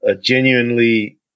genuinely